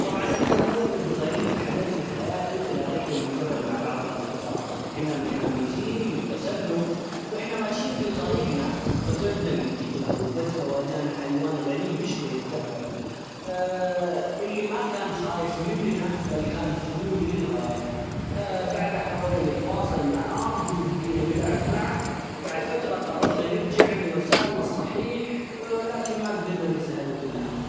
طبعًا أكثر موقف غريب حدث لي في حياتي خلال رحلة للجبل مع بعض الأصدقاء، كنا متحمسين للتسلق وإحنا ماشيين في طريقنا فقدنا الإتجاه وفجأة واجهنا حيوان غريب يشبه الثعلب اللي ما كان خايف مننا بل كان فضولي للغاية بعدها حاولنا نتواصل معاه وبقينا نلعب معه بعد فترة قررنا نرجع لمسارنا الصحيح لكن ما قدرنا ننسى هذيك اللحظة.